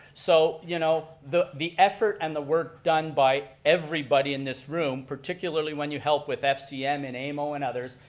so you know the the effort and the work done by everybody in this room, particularly when you hep with fcm, and amo, and others,